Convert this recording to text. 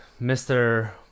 Mr